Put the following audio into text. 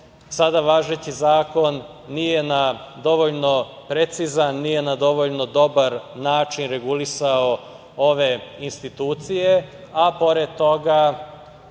sada važeći zakon nije na dovoljno precizan, nije na dovoljno dobar način regulisao ove institucije, a pored toga